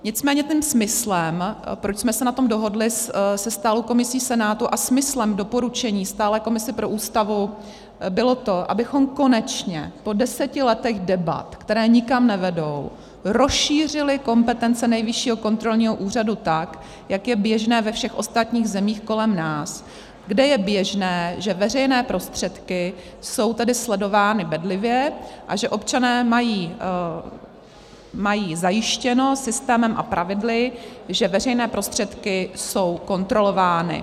Nicméně tím smyslem, proč jsme se na tom dohodli se stálou komisí Senátu, a smyslem doporučení stálé komise pro Ústavu bylo to, abychom konečně po deseti letech debat, které nikam nevedou, rozšířili kompetence Nejvyššího kontrolního úřadu tak, jak je běžné ve všech ostatních zemích kolem nás, kde je běžné, že veřejné prostředky jsou tedy sledovány bedlivě a že občané mají zajištěno systémem a pravidly, že veřejné prostředky jsou kontrolovány.